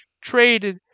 traded